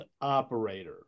operator